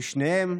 ושניהם,